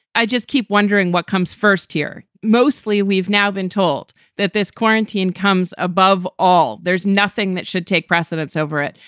i just keep wondering what comes first here. mostly we've now been told that this quarantine comes above all, there's nothing that should take precedence over it.